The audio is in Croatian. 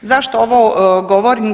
Zašto ovo govorim?